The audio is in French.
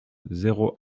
zéro